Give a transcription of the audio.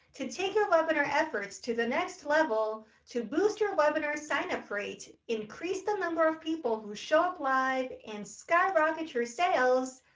to take your webinar efforts to the next level to boost your webinar sign up rate, increase the number of people who show up live, and skyrocket your sales,